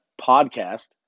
podcast